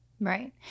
Right